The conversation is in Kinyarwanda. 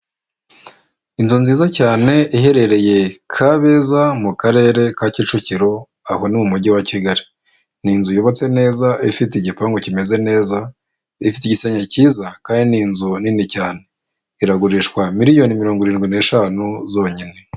Inzu nziza cyane iherereye Kabeza mu karere ka Kicukiro aho ni umujyi wa Kigali ni inzu yubatse neza ifite igipangu kimeze neza ifite igisenge cyiza kandi ni inzu nini cyane iragurishwa miliyoni mirongo irindwi n'eshanu zonyine.